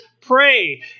pray